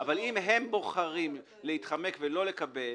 אבל אם הם בוחרים להתחמק ולא לקבל,